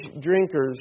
drinkers